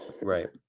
right